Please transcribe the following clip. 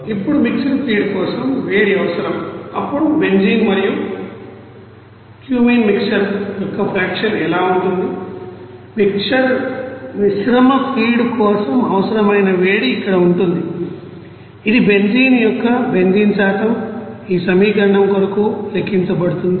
ఇప్పుడు mixed feed కోసం వేడి అవసరం అప్పుడు బెంజీన్ మరియు కమీన్ మిక్సర్ యొక్కఫ్రేక్షన్ ఎలా ఉంటుంది మిశ్రమ ఫీడ్ కోసం అవసరమైన వేడి ఇక్కడ ఉంటుంది ఇది బెంజీన్ యొక్క బెంజీన్ శాతం ఈ సమీకరణం కొరకు లెక్కించబడుతుంది